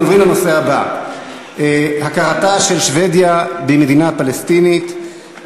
אנחנו עוברים לנושא הבא: הכרתה של שבדיה במדינה פלסטינית,